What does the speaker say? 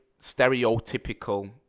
stereotypical